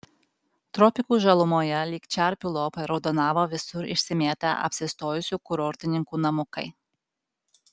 tropikų žalumoje lyg čerpių lopai raudonavo visur išsimėtę apsistojusių kurortininkų namukai